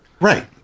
Right